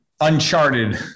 uncharted